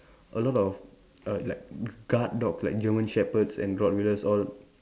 a lot of err like guard dogs like German Shepherds and Rottweilers all